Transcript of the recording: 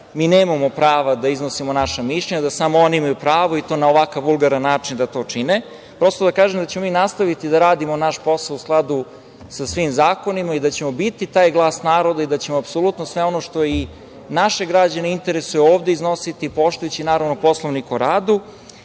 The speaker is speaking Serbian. mi nemamo prava da iznosimo naša mišljenja, da samo oni imaju pravo i to na ovakav vulgaran način da to čine, prosto da kažem da ćemo mi nastaviti da radimo naš posao u skladu sa svim zakonima i da ćemo biti taj glas naroda i da ćemo apsolutno sve ono što i naše građane interesuje ovde iznositi, poštujući naravno Poslovnik o radu. Samo